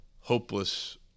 hopeless